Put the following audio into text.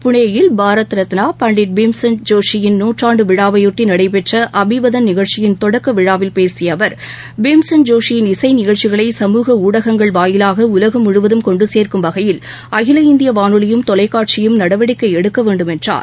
புனேயில் பாரத் ரத்னா பண்டிட் பீம்சென் ஜோஷியின் நூற்றாண்டு விழாவையொட்டி நடைபெற்ற அபிவதன் நிகழ்ச்சியின் தொடக்க விழாவில் பேசிய அவர் பீம்சென் ஜோஷியின் இசை நிகழ்ச்சிகளை சமூக ஊடகங்கள் வாயிலாக உலகம் முழுவதும் கொண்டு சேர்க்கும் வகையில் அகில இந்திய வானொலியும் தொலைக்காட்சியும் நடவடிக்கை எடுக்க வேண்டும் என்றார்